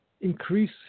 increase